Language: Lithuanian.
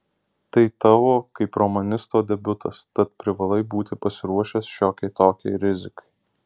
tai tavo kaip romanisto debiutas tad privalai būti pasiruošęs šiokiai tokiai rizikai